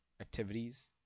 activities